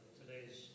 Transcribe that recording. today's